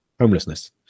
homelessness